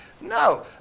no